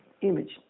image